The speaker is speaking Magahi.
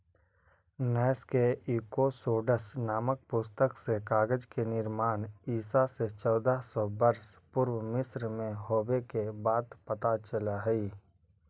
नैश के एकूसोड्स् नामक पुस्तक से कागज के निर्माण ईसा से चौदह सौ वर्ष पूर्व मिस्र में होवे के बात पता चलऽ हई